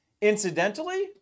incidentally